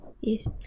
Yes